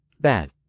Bad